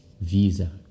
visa